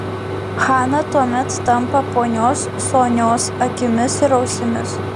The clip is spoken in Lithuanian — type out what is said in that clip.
hana tuomet tampa ponios sonios akimis ir ausimis